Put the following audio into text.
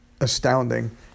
astounding